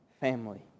family